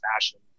fashion